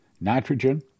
nitrogen